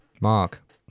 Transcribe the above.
Mark